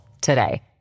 today